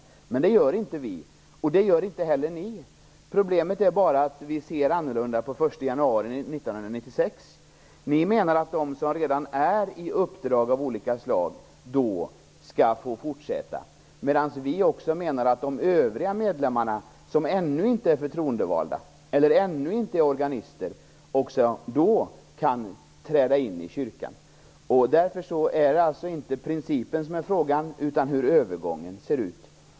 Men det gör inte vi. Och det gör inte heller ni. Problemet är bara att vi ser annorlunda på vad som skall ske den 1 januari 1996. Ni menar att de som då har uppdrag av olika slag skall få fortsätta, medan vi menar att också övriga medlemmar, som ännu inte är förtroendevalda eller t.ex. organister, skall kunna träda in i kyrkan då. Därför är det inte fråga om principen utan om hur övergången ser ut.